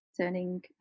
turning